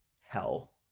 hell